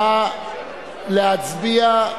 נא להצביע.